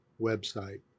website